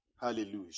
Hallelujah